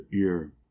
ear